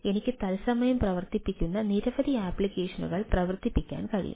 എനിക്ക് തത്സമയം പ്രവർത്തിപ്പിക്കുന്ന നിരവധി ആപ്ലിക്കേഷനുകൾ പ്രവർത്തിപ്പിക്കാൻ കഴിയും